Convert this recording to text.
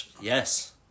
Yes